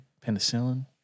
penicillin